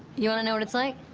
you wanna know what it's like?